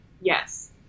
Yes